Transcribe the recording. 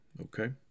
okay